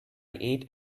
ate